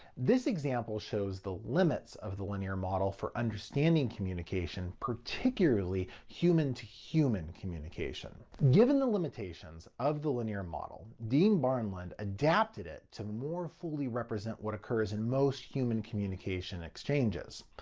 this example shows the limits of the linear model for understanding communication, particularly human to human communication. given the limitations of the linear model, dean barnlund adapted it to more fully represent what occurs in most human communication exchanges.